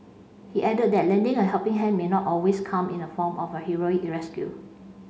he added that lending a helping hand may not always come in the form of a heroic rescue